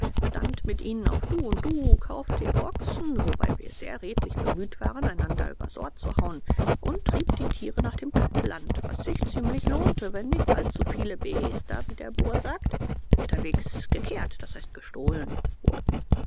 stand mit ihnen auf du und du kaufte ihre ochsen wobei wir sehr redlich bemüht waren einander übers ohr zu hauen und trieb die tiere nach dem kapland was sich ziemlich lohnte wenn nicht allzu viele beester wie der bur sagt unterwegs gekehrt d h gestohlen wurden